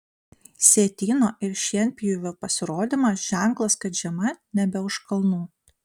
sietyno ir šienpjovių pasirodymas ženklas kad žiema nebe už kalnų